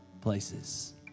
places